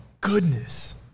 goodness